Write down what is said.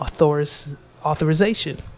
authorization